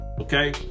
Okay